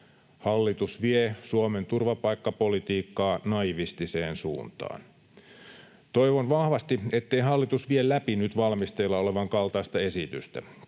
Hallitus vie Suomen turvapaikkapolitiikkaa naivistiseen suuntaan. Toivon vahvasti, ettei hallitus vie läpi nyt valmisteilla olevan kaltaista esitystä.